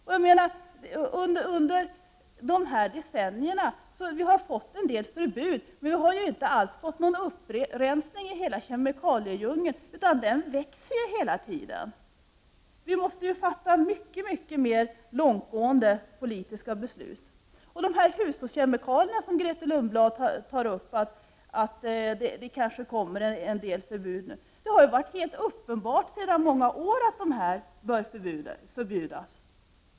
Under de här decennierna har vi fått en del förbud, men vi har inte alls fått någon upprensning i hela kemikaliedjungeln, utan den växer hela tiden. Vi måste fatta mycket mer långtgående politiska beslut. Det har sedan många år varit helt uppenbart att de hushållskemikalier som Grethe Lundblad nu säger att det kanske kommer en del förbud mot borde förbjudas.